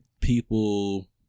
people